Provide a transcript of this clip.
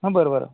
हं बरं बरं